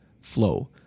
flow